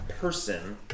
person